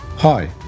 Hi